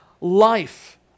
life